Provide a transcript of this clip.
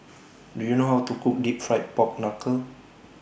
Do YOU know How to Cook Deep Fried Pork Knuckle